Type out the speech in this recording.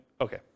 Okay